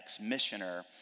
missioner